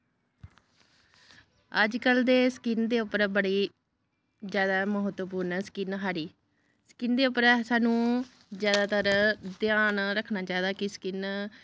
अजकल्ल ते स्किन दे उप्पर बड़ी जैदा महत्त्वपूर्ण ऐ स्किन साढ़ी स्किन दे उप्पर सानूं जैदातर ध्यान रक्खना चाहिदा कि स्किन